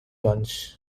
ones